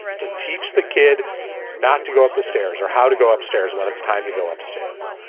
to teach the kid not to go up the stairs or how to go upstairs when it's time to go upstairs.